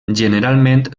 generalment